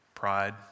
pride